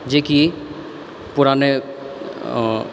जेकि पुराने